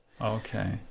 Okay